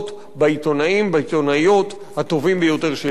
בעיתונאים ובעיתונאיות הטובים ביותר שיש לנו.